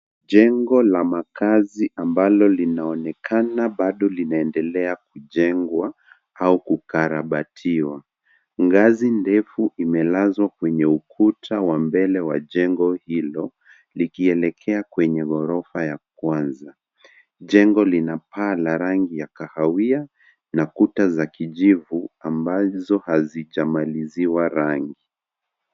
Jengo la makazi ambalo linaonekana bado linaendelea kujengwa au kukarabatiwa. Ngazi ndefu imelazwa kwenye ukuta wa mbele wa jengo hilo likielekea kwenye ghorofa ya kwanza. Jengo lina paa la rangi ya kahawia na kuta za kijivu ambazo hazijamaliziwa rangi.